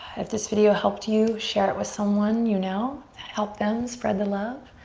if this video helped you, share it with someone you know to help them spread the love.